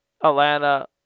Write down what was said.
Atlanta